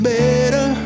better